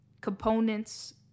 components